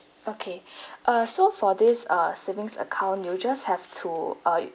okay uh so for this uh savings account you just have to uh